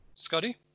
Scotty